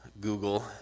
Google